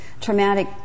traumatic